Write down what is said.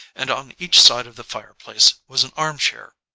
and on each side of the fireplace was an arm-chair.